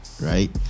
right